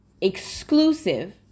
exclusive